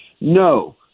No